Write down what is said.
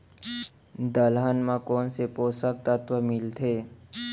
दलहन म कोन से पोसक तत्व मिलथे?